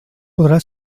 podrà